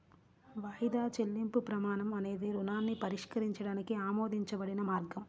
వాయిదా చెల్లింపు ప్రమాణం అనేది రుణాన్ని పరిష్కరించడానికి ఆమోదించబడిన మార్గం